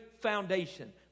foundation